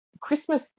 Christmas